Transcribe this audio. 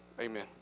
amen